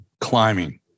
climbing